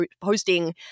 posting